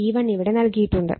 E1 ഇവിടെ നൽകിയിട്ടുണ്ട്